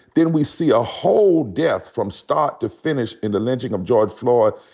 then we see a whole death from start to finish, in the lynching of george floyd.